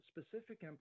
specific